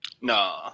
No